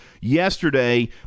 Yesterday